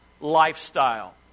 lifestyle